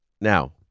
Now